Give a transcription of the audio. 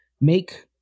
make